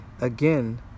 again